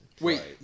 wait